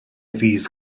fydd